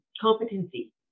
competency